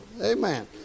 Amen